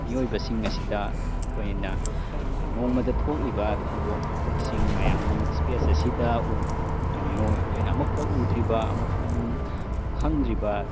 ꯃꯤꯑꯣꯏꯕꯁꯤꯡ ꯑꯁꯤꯗ ꯑꯩꯈꯣꯏꯅ ꯅꯣꯡꯃꯗ ꯊꯣꯛꯂꯤꯕ ꯊꯧꯗꯣꯛ ꯋꯥꯊꯣꯛꯁꯤꯡ ꯃꯌꯥꯝ ꯑꯃ ꯏꯁꯄꯦꯁ ꯑꯁꯤꯗ ꯅꯣꯏ ꯑꯩꯈꯣꯏꯅ ꯑꯃꯨꯛꯇ ꯎꯗ꯭ꯔꯤꯕ ꯑꯃꯨꯛꯇ ꯈꯪꯗ꯭ꯔꯤꯕ